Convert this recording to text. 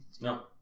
No